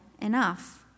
enough